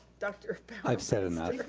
dr i've said enough.